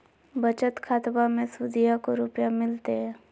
बचत खाताबा मे सुदीया को रूपया मिलते?